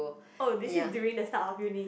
oh this is during the start of uni